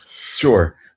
Sure